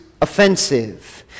offensive